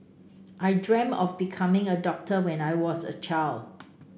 I dreamt of becoming a doctor when I was a child